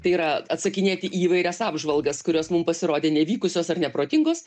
tai yra atsakinėti į įvairias apžvalgas kurios mum pasirodė nevykusios ar neprotingos